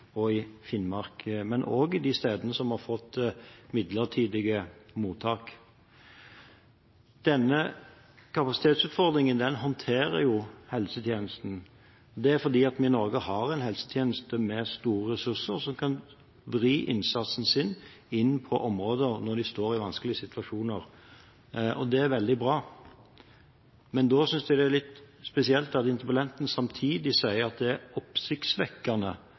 og i Finnmark, men også på de stedene som har fått midlertidige mottak. Denne kapasitetsutfordringen håndterer helsetjenesten. Det er fordi vi i Norge har en helsetjeneste med store ressurser som kan vri innsatsen sin inn på områder når de står i vanskelige situasjoner, og det er veldig bra. Men da synes jeg det er litt spesielt at interpellanten samtidig sier at det er oppsiktsvekkende